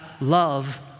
love